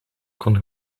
kon